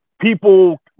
People